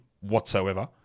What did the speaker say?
whatsoever